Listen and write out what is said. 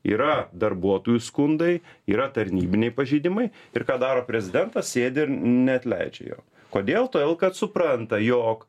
yra darbuotojų skundai yra tarnybiniai pažeidimai ir ką daro prezidentas sėdi ir neatleidžia jo kodėl todėl kad supranta jog